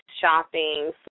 shopping